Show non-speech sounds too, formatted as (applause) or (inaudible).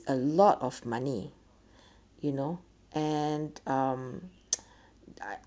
a lot of money you know and um (noise) I